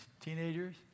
teenagers